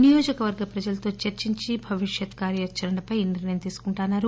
నియోజకవర్గ ప్రజలతో చర్చించి భవిష్యత్ కార్యాచరణపై నిర్ణయం తీసుకుంటానన్నారు